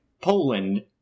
Poland